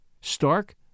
Stark